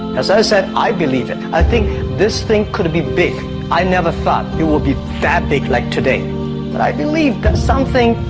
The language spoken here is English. as i said i believe it. i think this thing could be big i never thought you will be that big like today but i believe that something,